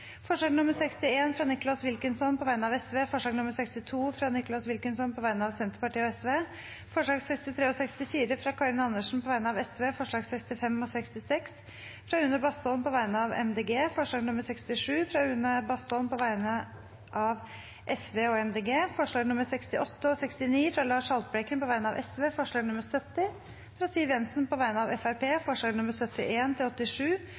forslag nr. 61, fra Nicholas Wilkinson på vegne av Sosialistisk Venstreparti forslag nr. 62, fra Nicholas Wilkinson på vegne av Senterpartiet og Sosialistisk Venstreparti forslagene nr. 63 og 64, fra Karin Andersen på vegne av Sosialistisk Venstreparti forslagene nr. 65 og 66, fra Une Bastholm på vegne av Miljøpartiet De Grønne forslag nr. 67, fra Une Bastholm på vegne av Sosialistisk Venstreparti og Miljøpartiet De Grønne forslagene nr. 68 og 69, fra Lars Haltbrekken på vegne av Sosialistisk Venstreparti forslag nr. 70, fra Siv Jensen på vegne av